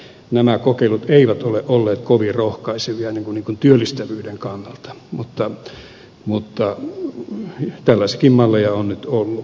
nämä kokeilut eivät ole olleet kovin rohkaisevia työllistävyyden kannalta mutta tällaisiakin malleja on nyt ollut